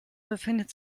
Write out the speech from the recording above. befindet